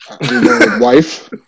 wife